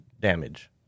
damage